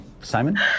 Simon